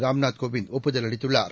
ராம்நாத் கோவிந்த் ஒப்புதல் அளித்துள்ளார்